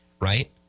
right